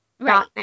Right